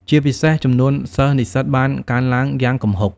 ជាពិសេស ចំនួនសិស្ស-និស្សិត បានកើនឡើងយ៉ាងគំហុក។